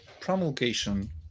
promulgation